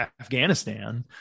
Afghanistan